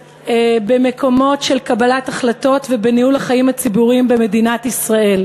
במקומות של קבלת החלטות ובניהול החיים הציבוריים במדינת ישראל.